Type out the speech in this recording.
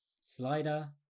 Slider